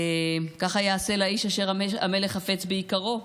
ככה ייעשה לאיש אשר המלך חפץ ביקרו,